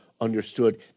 understood